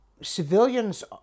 civilians